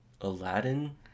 aladdin